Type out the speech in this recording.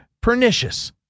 pernicious